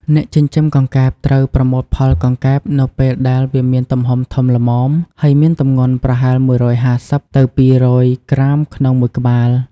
អ្នកចិញ្ចឹមកង្កែបត្រូវប្រមូលផលកង្កែបនៅពេលដែលវាមានទំហំធំល្មម ហើយមានទម្ងន់ប្រហែល ១៥០ ទៅ ២០០ ក្រាមក្នុងមួយក្បាល។